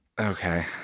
Okay